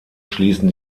schließen